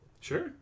Sure